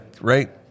right